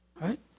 right